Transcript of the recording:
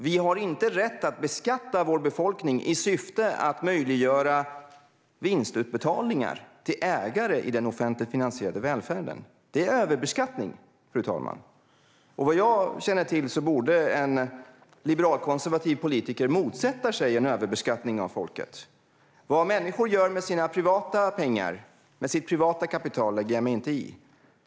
Vi har inte rätt att beskatta vår befolkning i syfte att möjliggöra vinstutbetalningar till ägare i den offentligt finansierade välfärden. Det är överbeskattning, fru talman, och vad jag känner till borde en liberalkonservativ politiker motsätta sig en överbeskattning av folket. Vad människor gör med sina privata pengar och sitt privata kapital lägger jag mig inte i.